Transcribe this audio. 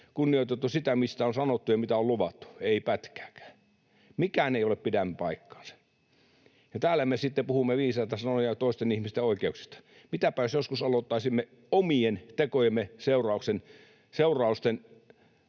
kunnioitettu sitä, mitä on sanottu ja mitä on luvattu? Ei pätkääkään. Mikään ei ole pitänyt paikkaansa, ja täällä me sitten puhumme viisaita sanoja toisten ihmisten oikeuksista. Mitäpä jos joskus aloittaisimme omien tekojemme seurausten